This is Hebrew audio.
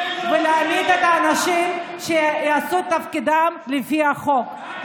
ולהנהיג את האנשים שיעשו את תפקידם לפי החוק.